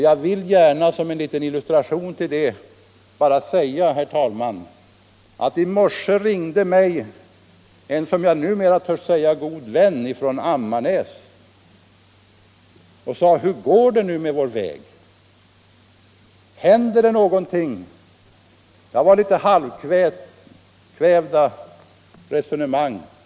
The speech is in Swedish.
Jag vill gärna som en liten illustration till det bara säga, herr talman, att i morse ringde mig en numera, det törs jag säga, god vän från Ammarnäs. Han sade: Hur går det nu med vår väg, händer det någonting? Det har länge förts litet halvkvävda resonemang.